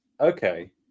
okay